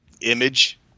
image